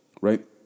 Right